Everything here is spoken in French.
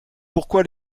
pourquoi